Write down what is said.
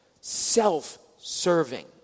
self-serving